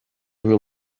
will